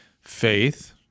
faith